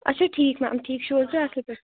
اچھا ٹھیٖک تُہۍ چھوا ٹھیٖک اصل پٲٹھۍ